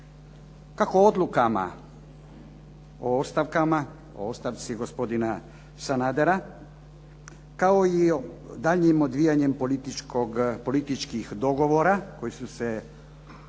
kako odlukama o ostavkama, o ostavci gospodina Sanadera, kao i o daljnjim odvijanjem političkih dogovora koji su se po našoj